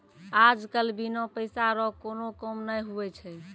आज कल बिना पैसा रो कोनो काम नै हुवै छै